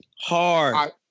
Hard